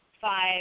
five